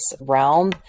realm